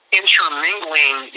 intermingling